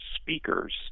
speakers